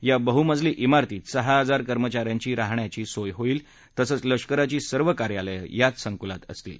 या बहुमजली इमारतीत सहा हजार कर्मचा यांची राहण्याची सोय होईल तसंच लष्कराची सर्व कार्यालयं याच संकुलात असतील